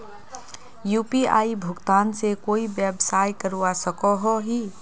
UPI भुगतान से कोई व्यवसाय करवा सकोहो ही?